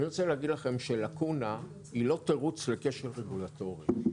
אני רוצה להגיד לכם שלקונה היא לא תירוץ לכשל רגולטורי.